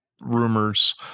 rumors